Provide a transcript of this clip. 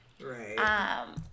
Right